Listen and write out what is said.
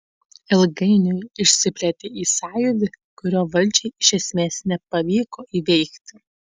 ilgainiui išsiplėtė į sąjūdį kurio valdžiai iš esmės nepavyko įveikti